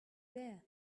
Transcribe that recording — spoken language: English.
there